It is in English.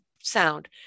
sound